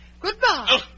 Goodbye